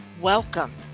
Welcome